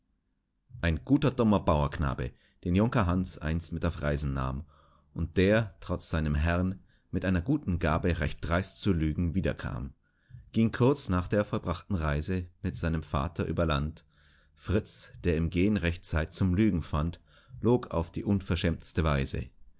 ein guter dummer bauerknabe den junker hans einst mit auf reisen nahm und der trotz seinem herrn mit einer guten gabe recht dreist zu lügen wiederkam ging kurz nach der vollbrachten reise mit seinem vater über land fritz der im gehn recht zeit zum lügen fand log auf die unverschämtste weise